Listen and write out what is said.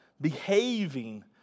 behaving